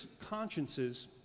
consciences